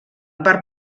part